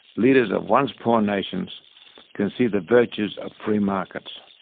leaders of once poor nations can see the virtues of free markets.